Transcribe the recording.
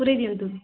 ପୂରାଇ ଦିଅନ୍ତୁ